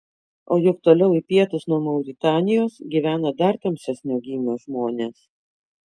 o juk toliau į pietus nuo mauritanijos gyvena dar tamsesnio gymio žmonės